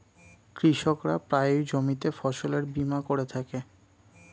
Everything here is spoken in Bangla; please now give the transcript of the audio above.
কৃষকরা প্রায়ই জমিতে ফসলের বীমা করে থাকে